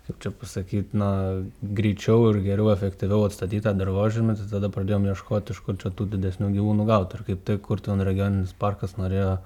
kaip čia pasakyt na greičiau ir geriau efektyviau atstatyt tą dirvožemį tai tada pradėjom ieškot iš kur čia tų didesnių gyvūnų gaut ir kaip tik kurtuvėnų regioninis parkas norėjo